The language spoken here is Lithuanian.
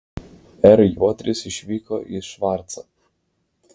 r juodris išvyko į švarcą